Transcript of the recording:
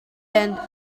end